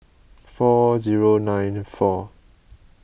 four zero nine four